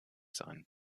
sein